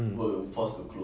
mm